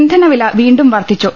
ഇന്ധനവില വീണ്ടും വർധിച്ചു